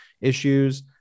issues